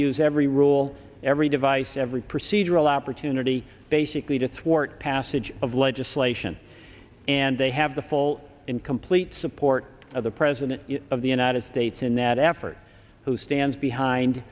use every rule every device every procedural opportunity basically to thwart passage of legislation and they have the full and complete support of the president of the united states in that effort who stands behind